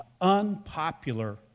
unpopular